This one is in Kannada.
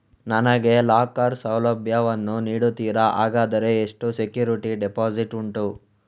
ನನಗೆ ಲಾಕರ್ ಸೌಲಭ್ಯ ವನ್ನು ನೀಡುತ್ತೀರಾ, ಹಾಗಾದರೆ ಎಷ್ಟು ಸೆಕ್ಯೂರಿಟಿ ಡೆಪೋಸಿಟ್ ಉಂಟು?